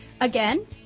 Again